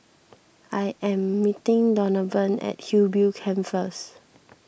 I am meeting Donavan at Hillview Camp first